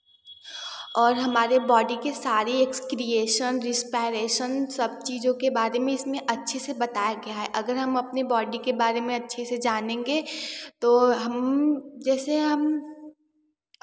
और हमारे बॉडी के सारे ऐक्सक्रिएशन रिसपैरेसन सब चीज़ों के बारे में इसमें अच्छे से बताया गया है अगर हम अपनी बॉडी के बारे में अच्छे से जानेंगे तो हम जैसे हम